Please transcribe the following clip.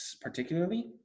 particularly